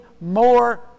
more